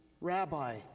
Rabbi